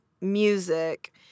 music